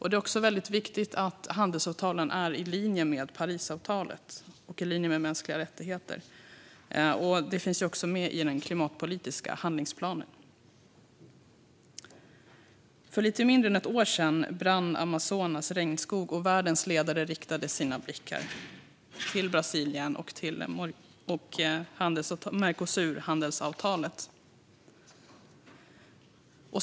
Det är även väldigt viktigt att handelsavtalen är i linje med Parisavtalet och i linje med mänskliga rättigheter. Detta finns också med i den klimatpolitiska handlingsplanen. För lite mindre än ett år sedan brann Amazonas regnskog, och världens ledare riktade sina blickar mot Brasilien och Mercosurhandelsavtalet.